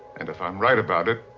and if i'm right about it.